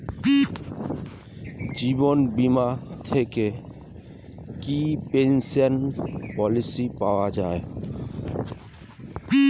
জীবন বীমা থেকে কি পেনশন পলিসি পাওয়া যায়?